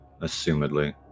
Assumedly